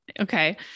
Okay